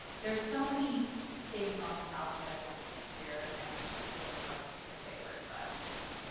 there are so many things on this album that i want you to hear and it's really hard to pick a favorite but just.